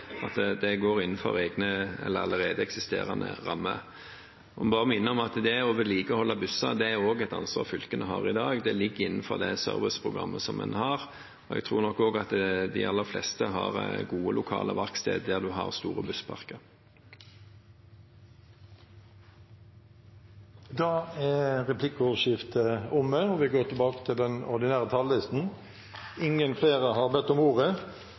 at det går innenfor allerede eksisterende rammer. Jeg må bare minne om at det å vedlikeholde busser er et ansvar fylkene også har i dag. Det ligger innenfor det serviceprogrammet som en har, og jeg tror nok at de aller fleste har gode lokale verksteder der en har store bussparker. Replikkordskiftet er omme. Flere har ikke bedt om ordet til